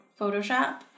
photoshop